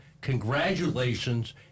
Congratulations